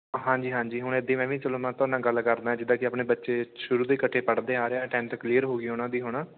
ਹਾਂਜੀ ਹਾਂਜੀ ਹੁਣ ਇੱਦਾਂ ਮੈਂ ਵੀ ਚਲੋ ਮੈਂ ਤੁਹਾਡੇ ਨਾਲ ਗੱਲ ਕਰਦਾ ਜਿੱਦਾਂ ਕਿ ਆਪਣੇ ਬੱਚੇ ਸ਼ੁਰੂ ਤੋਂ ਹੀ ਇਕੱਠੇ ਪੜ੍ਹਦੇ ਆ ਰਹੇ ਆ ਟੈਂਨਥ ਕਲੀਅਰ ਹੋ ਗਈ ਉਹਨਾਂ ਦੀ ਹੁਣ